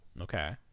Okay